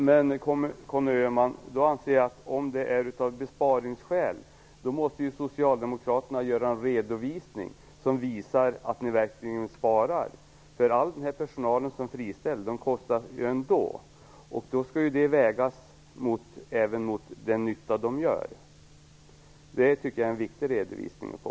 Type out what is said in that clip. Herr talman! Om det sker av besparingsskäl, Conny Öhman, anser jag att Socialdemokraterna måste göra en redovisning som visar att ni verkligen sparar. All den personal som friställs kostar ju ändå. Det skall ju även vägas mot den nytta de gör. Jag tycker att det är viktigt att få den redovisningen.